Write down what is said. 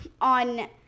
on